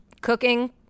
cooking